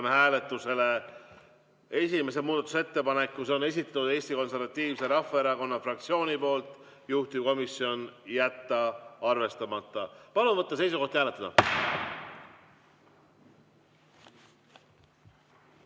panen hääletusele esimese muudatusettepaneku. Selle on esitanud Eesti Konservatiivse Rahvaerakonna fraktsioon, juhtivkomisjon: jätta arvestamata. Palun võtta seisukoht ja hääletada!